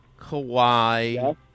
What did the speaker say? Kawhi